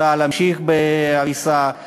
רוצה להמשיך בהריסה,